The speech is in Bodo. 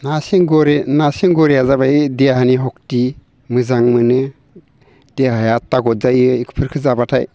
नासेंगुरि नासेंगुरिया जाबाय देहानि सख्ति मोजां मोनो देहाया थगद जायो इफोरखौ जाब्लाथाय